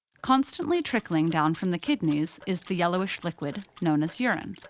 constantly trickling down from the kidneys is the yellowish liquid known as urine.